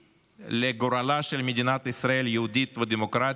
לגורלה של מדינת ישראל יהודית ודמוקרטית,